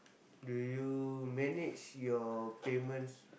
do you manage your payments